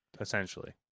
essentially